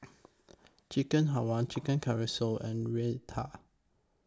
Chicken Halwa Chicken Casserole and Raita